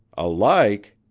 alike!